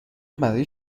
برای